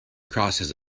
crosses